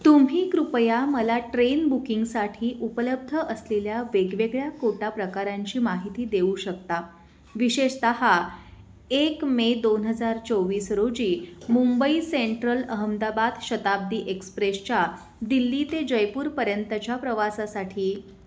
तुम्ही कृपया मला ट्रेन बुकिंगसाठी उपलब्ध असलेल्या वेगवेगळ्या कोटा प्रकारांची माहिती देऊ शकता विशेषतः एक मे दोन हजार चोवीस रोजी मुंबई सेंट्रल अहमदाबाद शताब्दी एक्सप्रेसच्या दिल्ली ते जयपूरपर्यंतच्या प्रवासासाठी